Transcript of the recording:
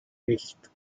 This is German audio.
recht